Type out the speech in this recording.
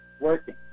working